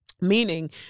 Meaning